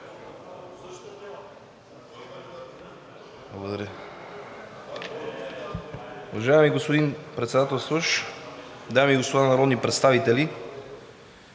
Благодаря